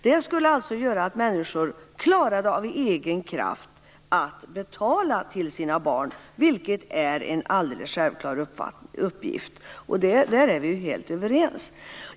Det skulle göra att människor klarade att av egen kraft betala till sina barn, vilket är en alldeles självklar uppgift. Där är vi helt överens.